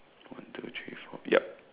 one two three four yep